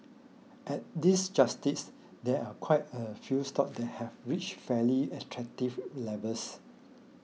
at this justice there are quite a few stocks that have reached fairly attractive levels